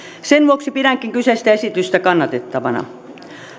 sen vuoksi pidänkin kyseistä esitystä kannatettavana